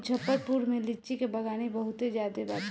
मुजफ्फरपुर में लीची के बगानी बहुते ज्यादे बाटे